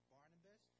Barnabas